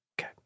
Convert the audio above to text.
Okay